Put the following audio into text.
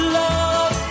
love